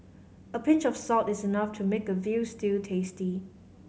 a pinch of salt is enough to make a veal stew tasty